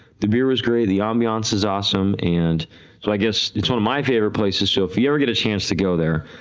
the beer is great, the ambiance is awesome, and like it's one of my favorite places, so if you ever get a chance to go there,